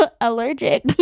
allergic